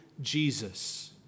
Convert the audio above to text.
Jesus